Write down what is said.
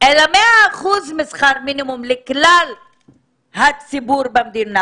אלא 100% משכר מינימום לכלל הציבור במדינה.